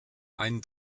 einen